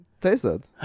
tasted